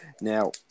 Now